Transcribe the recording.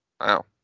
Wow